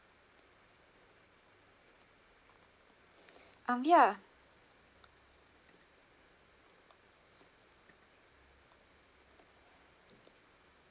I’m here